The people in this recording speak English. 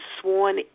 sworn